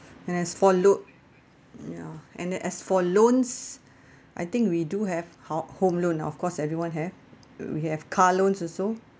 and as for lo~ ya and as for loans I think we do have hou~ home loan of course everyone have we have car loans also